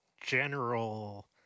general